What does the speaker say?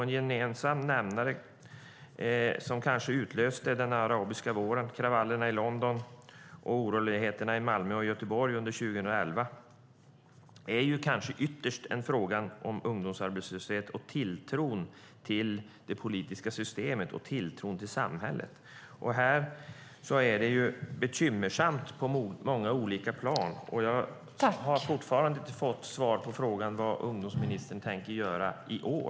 En gemensam nämnare som kanske utlöste den arabiska våren, kravallerna i London och oroligheterna i Malmö och Göteborg under 2011 kan ytterst vara en fråga om ungdomsarbetslöshet och tilltro till det politiska systemet och tilltron till samhället. Det är bekymmersamt på många plan. Jag har fortfarande inte fått svar på frågan vad ungdomsministern tänker göra i år.